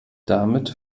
damit